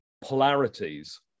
polarities